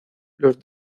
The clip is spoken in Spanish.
los